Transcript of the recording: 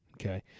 Okay